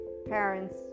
parents